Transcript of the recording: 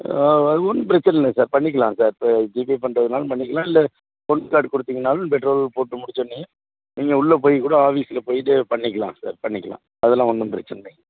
அது ஒன்றும் பிரச்சனை இல்லை சார் பண்ணிக்கலாம் சார் இப்போ ஜிபே பண்ணுறதுனாலும் பண்ணிக்கலாம் இல்லை க்ரெடிட் கார்டு கொடுத்தீங்கனாலும் பெட்ரோல் போட்டு முடித்த உடனயும் நீங்கள் உள்ளே போய் கூட ஆபீஸில் போய்விட்டு பண்ணிக்கலாம் சார் பண்ணிக்கலாம் அதெல்லாம் ஒன்றும் பிரச்சினை இல்லைங்க